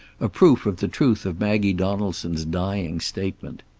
a proof of the truth of maggie donaldson's dying statement.